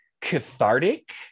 cathartic